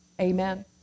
amen